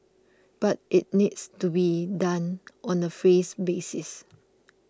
but it needs to be done on a phase basis